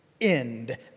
end